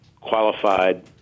qualified